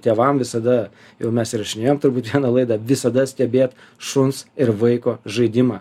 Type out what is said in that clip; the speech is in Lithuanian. tėvam visada jau mes įrašinėjom turbūt vieną laidą visada stebėt šuns ir vaiko žaidimą